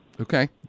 Okay